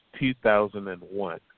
2001